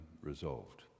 resolved